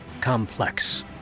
complex